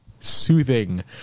soothing